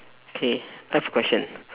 K next question